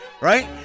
Right